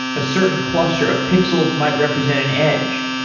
a certain cluster of pixels might represent an edge.